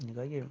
ಹಾಗಾಗಿ